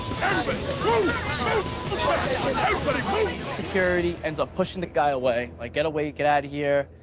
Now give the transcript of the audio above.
but security ends up pushing the guy away. like get away, get outta here.